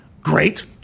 Great